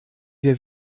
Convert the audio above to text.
wir